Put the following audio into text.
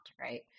right